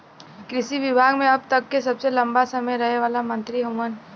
कृषि विभाग मे अब तक के सबसे लंबा समय रहे वाला मंत्री हउवन